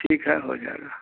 ठीक है हो जाएगा